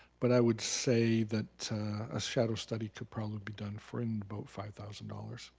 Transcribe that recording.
but i would say that a shadow study could probably be done for and about five thousand dollars,